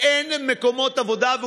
ואין מקומות עבודה.